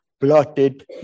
blotted